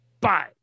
Bye